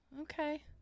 Okay